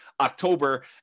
October